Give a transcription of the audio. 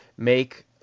make